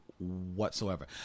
whatsoever